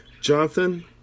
Jonathan